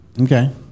Okay